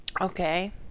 Okay